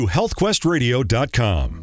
HealthQuestradio.com